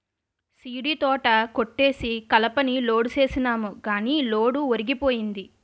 సీడీతోట కొట్టేసి కలపని లోడ్ సేసినాము గాని లోడు ఒరిగిపోయింది